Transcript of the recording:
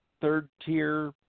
third-tier